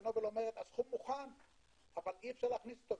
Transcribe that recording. שנובל אומרת: הסכום מוכן אבל אי-אפשר להכניס אותו,